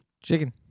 chicken